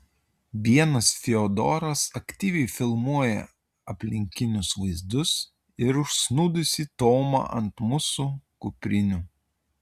vienas fiodoras aktyviai filmuoja aplinkinius vaizdus ir užsnūdusį tomą ant mūsų kuprinių